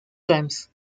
times